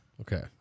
Okay